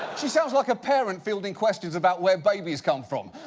she sounds like a parent fielding questions about where babies come from.